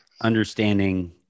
understanding